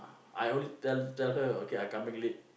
I only tell tell her okay I coming late